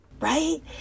Right